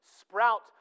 sprout